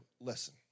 listen